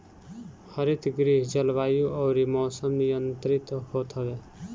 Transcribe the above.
हरितगृह जलवायु अउरी मौसम नियंत्रित होत हवे